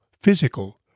physical